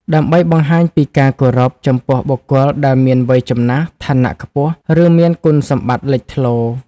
ដើម្បីបង្ហាញពីការគោរព ចំពោះបុគ្គលដែលមានវ័យចំណាស់ ឋានៈខ្ពស់ ឬមានគុណសម្បត្តិលេចធ្លោ។